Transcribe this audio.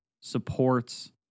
supports